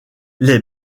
les